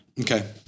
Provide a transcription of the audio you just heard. Okay